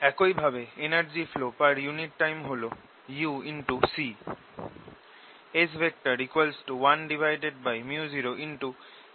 একই ভাবে energy flow per unit time হল uc